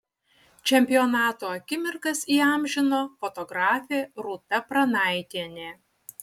čempionato akimirkas įamžino fotografė rūta pranaitienė